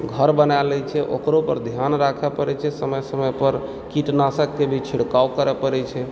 घर बना लैत छै ओकरो पर ध्यान राखय पड़ैत छै समय समय पर कीटनाशकके भी छिड़काव करय पड़ैत छै